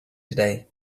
today